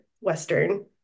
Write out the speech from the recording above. Western